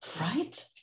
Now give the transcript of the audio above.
right